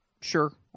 Sure